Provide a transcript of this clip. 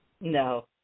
No